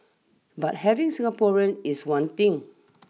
but having Singaporeans is one thing